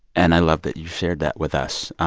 and i love that you shared that with us,